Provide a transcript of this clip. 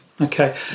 okay